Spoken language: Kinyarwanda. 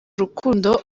rukundo